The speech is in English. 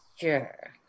sure